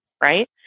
right